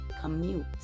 Commute